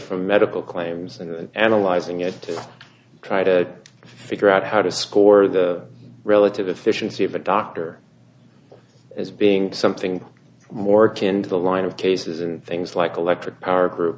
from medical claims and analyzing it to try to figure out how to score the relative efficiency of the doctor as being something more akin to the line of cases and things like electric power group